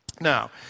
Now